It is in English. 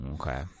Okay